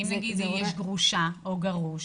כי אם יש גרושה או גרוש,